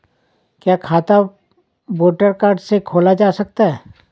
क्या खाता voter card से खोला जा सकता है?